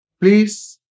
please